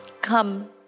come